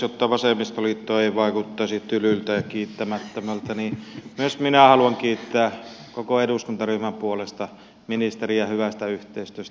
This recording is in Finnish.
jotta vasemmistoliitto ei vaikuttaisi tylyltä ja kiittämättömältä niin myös minä haluan kiittää koko eduskuntaryhmän puolesta ministeriä hyvästä yhteistyöstä